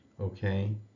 okay